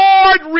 Lord